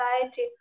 society